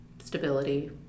Stability